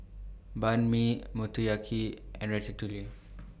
Banh MI Motoyaki and Ratatouille